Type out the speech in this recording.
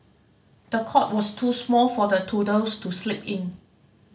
the cot was too small for the toddlers to sleep in